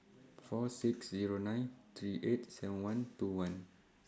four six Zero nine three eight seven one two one